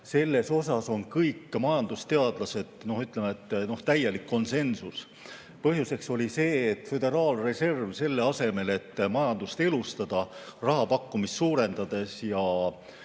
Selles on kõikide majandusteadlaste sead, ütleme, täielik konsensus. Põhjuseks oli see, et föderaalreserv, selle asemel et majandust elustada raha pakkumist suurendades ja